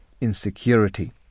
insecurity